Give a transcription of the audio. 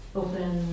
open